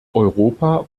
europa